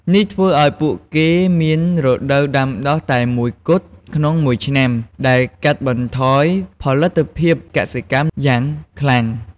នេះធ្វើឱ្យពួកគេមានរដូវដាំដុះតែមួយគត់ក្នុងមួយឆ្នាំ ដែលកាត់បន្ថយផលិតភាពកសិកម្មយ៉ាងខ្លាំង។